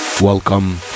Welcome